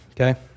okay